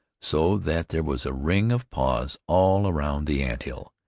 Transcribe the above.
so that there was a ring of paws all around the ant-hill,